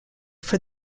for